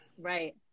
right